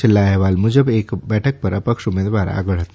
છેલ્લા અહેવાલ મુજબ એક બેઠક પર અપક્ષ ઉમેદવાર આગળ હતા